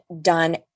done